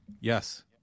Yes